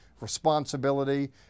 responsibility